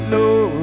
Lord